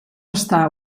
està